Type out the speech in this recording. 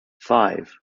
five